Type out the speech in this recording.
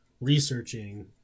researching